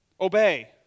Obey